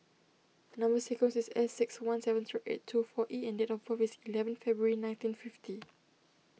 Number Sequence is S six one seven zero eight two four E and date of birth is eleven February nineteen fifty